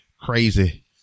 crazy